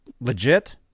legit